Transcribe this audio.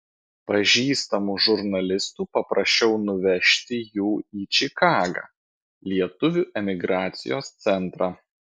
pažįstamų žurnalistų paprašiau nuvežti jų į čikagą lietuvių emigracijos centrą